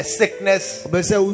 sickness